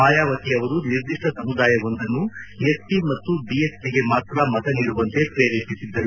ಮಾಯಾವತಿ ಅವರು ನಿರ್ದಿಷ್ಟ ಸಮುದಾಯವೊಂದನ್ನು ಎಸ್ಪಿ ಮತ್ತು ಬಿಎಸ್ಪಿಗೆ ಮಾತ್ರ ಮತ ನೀಡುವಂತೆ ಶ್ರೇರೇಪಿಸಿದ್ದರು